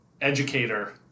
...educator